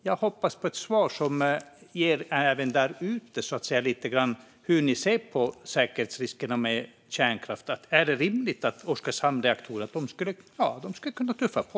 Jag hoppas på ett svar som ger även dem där ute en bild av hur ni ser på säkerhetsriskerna med kärnkraft. Är det rimligt att reaktorerna i Oskarshamn skulle kunna tuffa på?